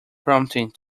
prompting